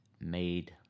made